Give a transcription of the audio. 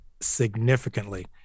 significantly